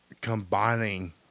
combining